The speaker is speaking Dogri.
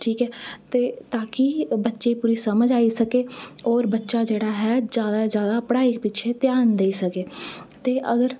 ठीक ऐआ ता की बच्चे ई पूरी समझ आई सकै होर बच्चा जेह्ड़ा ऐ जादै कोला जादै पढ़ाई उप्पर ध्यान देई सकै ते अगर